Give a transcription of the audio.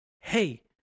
hey